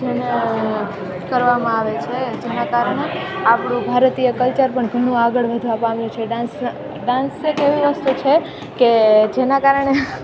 જેને કરવામાં આવે છે જેના કારણે આપણું ભારતીય કલ્ચર પણ ઘણું આગળ વધવા પામ્યું છે ડાન્સના ડાન્સ એક એવી વસ્તુ છે કે જેના કારણે